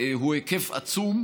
הוא היקף עצום.